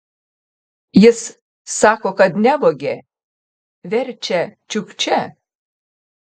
jis sako kad nevogė verčia čiukčia